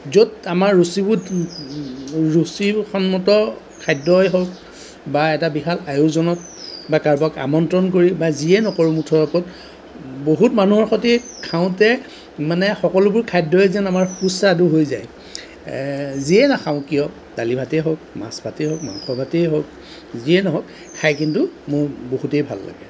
য'ত আমাৰ ৰুচিবোধ ৰুচি সন্মত খাদ্যই হওঁক বা এটা বিশাল আয়োজনত বা কাৰোবাক আমন্ত্ৰণ কৰি বা যিয়ে নকৰোঁ মুঠৰ ওপৰত বহুত মানুহৰ সৈতে খাওঁতে মানে সকলোবোৰ খাদ্যই যেন আমাৰ সুস্বাদু হৈ যায় যিয়েই নাখাওঁ কিয় দালি ভাতেই হওঁক মাছ ভাতেই হওঁক মাংস ভাতেই হওঁক যিয়েই নহওঁক খাই কিন্তু মোৰ বহুতেই ভাল লাগে